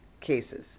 cases